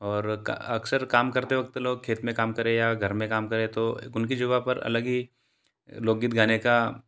और अक्सर काम करते वक़्त लोग खेत में काम करे या घर में काम करें तो उनकी जुबां पर अलग ही लोकगीत गाने का